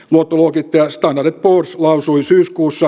luottoluokittaja standard poors lausui syyskuussa